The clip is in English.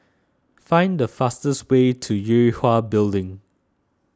find the fastest way to Yue Hwa Building